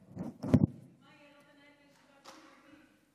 טיבי, מה יהיה, לא תנהל את הישיבה ביום רביעי?